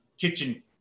kitchen